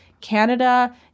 Canada